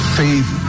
faith